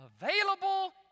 available